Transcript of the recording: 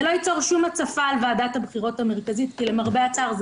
זה לא ייצור שום הצפה על ועדת הבחירות המרכזית כי למרבה הצער,